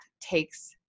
takes